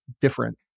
different